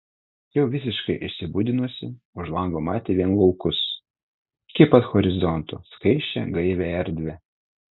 jau visiškai išsibudinusi už lango matė vien laukus iki pat horizonto skaisčią gaivią erdvę